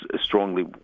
strongly